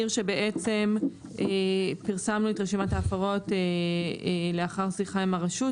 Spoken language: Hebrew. שבעצם פרסמנו את רשימת ההפרות לאחר שיחה עם הרשות,